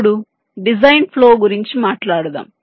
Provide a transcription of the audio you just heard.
ఇప్పుడు design flow గురించి మాట్లాడుదాం